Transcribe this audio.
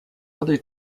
other